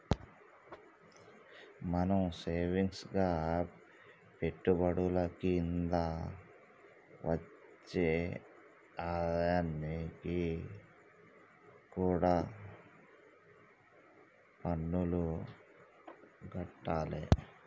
మనం సేవింగ్స్ గా పెట్టే పెట్టుబడుల కింద వచ్చే ఆదాయానికి కూడా పన్నులు గట్టాలే